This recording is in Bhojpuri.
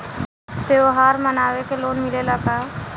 त्योहार मनावे के लोन मिलेला का?